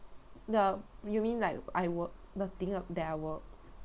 um you mean like I work the thing uh that I work